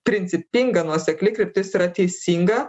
principinga nuosekli kryptis yra teisinga